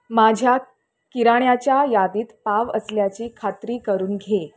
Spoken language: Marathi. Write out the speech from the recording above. माझ्या किराणाच्या यादीत पाव असल्याची खात्री करून घे